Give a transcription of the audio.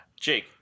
Jake